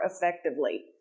effectively